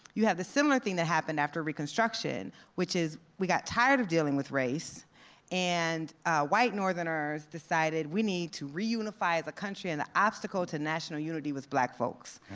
you have the similar thing that happened after reconstruction, which is, we got tired of dealing with race and white northerners decided, we need to reunify as a country. and the obstacle to national unity was black folks.